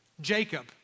Jacob